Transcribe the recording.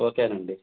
okay అండి